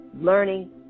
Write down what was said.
learning